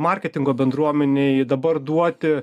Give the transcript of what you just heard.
marketingo bendruomenei dabar duoti